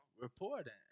reporting